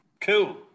Cool